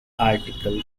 article